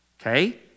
okay